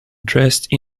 dressed